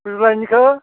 गुजुनायनिखो